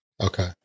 Okay